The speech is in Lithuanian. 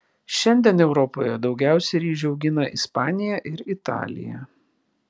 šiandien europoje daugiausiai ryžių augina ispanija ir italija